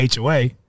HOA